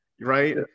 right